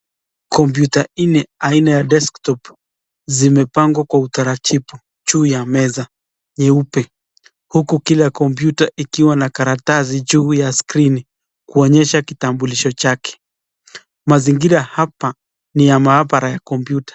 Kompyuta nne anina ya desktop zimepangwa kwa utaratibu juu ya meza nyeupe huku kila kompyuta ikiwa na karatasi juu ya skrini kuonyesha kitambulisho chake. Mazingira hapa ni ya mahabara ya kompyuta.